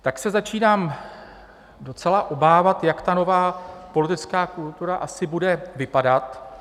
Tak se začínám docela obávat, jak ta nová politická kultura asi bude vypadat.